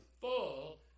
Full